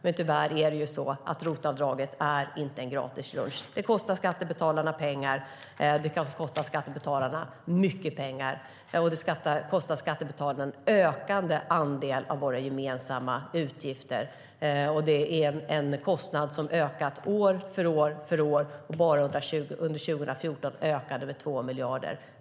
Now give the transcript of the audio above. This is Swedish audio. Men tyvärr är inte ROT-avdraget någon gratislunch. Det kostar skattebetalarna pengar - mycket pengar. Det kostar också skattebetalarna en ökande andel av våra gemensamma utgifter, och det är en kostnad som har ökat år för år. Bara under 2014 ökade den med 2 miljarder.